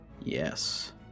Yes